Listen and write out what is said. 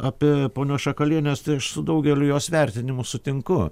apie ponios šakalienės tai aš su daugeliu jos vertinimų sutinku